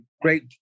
great